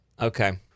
Okay